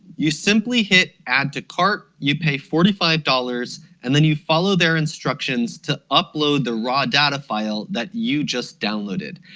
you simply hit add to cart you pay forty five dollars and then you follow their instructions to upload the raw data file that you just downloaded.